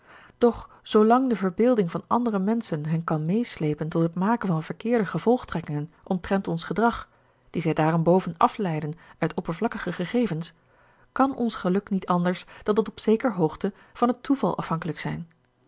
doch zoolang de verbeelding van andere menschen hen kan meesleepen tot het maken van verkeerde gevolgtrekkingen omtrent ons gedrag die zij daarenboven afleiden uit oppervlakkige gegevens kan ons geluk niet anders dan tot op zekere hoogte van het toeval afhankelijk zijn